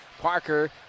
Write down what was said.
Parker